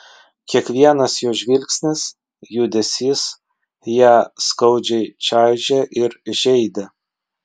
kiekvienas jo žvilgsnis judesys ją skaudžiai čaižė ir žeidė